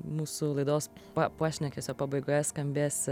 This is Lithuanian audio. mūsų laidos pa pašnekesio pabaigoje skambės